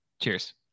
Cheers